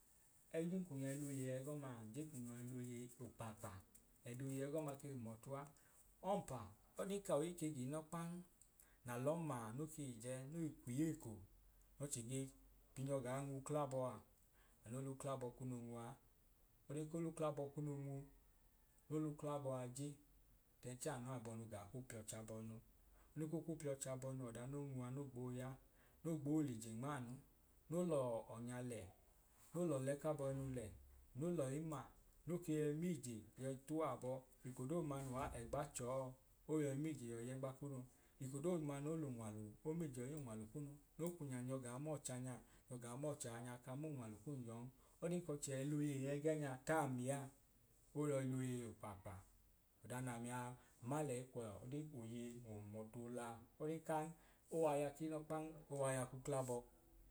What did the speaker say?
Edun kun yọi l'ẹdoyei ẹgọmaa nje kun yọi okpaakpa ẹd'oyei ẹgọma ke hum ọtu a, ọmpa, ọdin kọi ke giinọkpan n'alọ maa no kei je noi kwi eko n'ọchẹ ge bi nyọ gaa nw'uklabọ a ano l'ukl'abọ kunu a, olen ko l'uklabọ kunuu no l'uklabọa je then chẹẹ anu abọinu a gaa ku p'iọch'abọinu. le ko ku p'iọch'abọinu ọda no nwu a no gbọọ ya no gboo l'ije nm'aanu no lọọ ọnya le nmaanu no l'ọle ka bọinu le no lọi ma no ke yọi m'ije yọi tuwa abọọ eko doodu ma n'uuwa ẹgba chọọ oyọi miije yọi yẹgba kunu. eko doomuma no l'unwalu o mije yọi y'unwalu kunu no kwinya nyọ gaa mọ chẹanya nyọ gaa mọ chẹanya ka m'unwalu kum yọn ọdin k'ọchẹ il'oyoi ẹgẹ nya tamia, oyọi loyei okpaakpa ọda n'amia ma lei kwọọ ọdin koyei ohum ọtu ola olekan owaya k'inọkpan ow'aya k'ukl'abọ